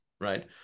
right